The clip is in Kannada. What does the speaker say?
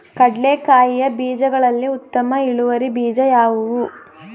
ಕಡ್ಲೆಕಾಯಿಯ ಬೀಜಗಳಲ್ಲಿ ಉತ್ತಮ ಇಳುವರಿ ಬೀಜ ಯಾವುದು?